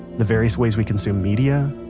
the various ways we consume media,